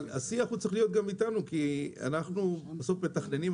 אבל השיח צריך להיות גם אתנו כי אנחנו בסוף מתכננים,